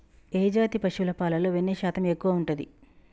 ఏ జాతి పశువుల పాలలో వెన్నె శాతం ఎక్కువ ఉంటది?